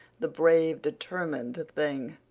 the brave determined thing!